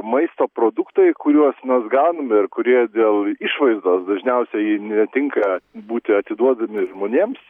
maisto produktai kuriuos mes gauname ir kurie dėl išvaizdos dažniausiai netinka būti atiduodami žmonėms